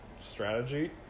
strategy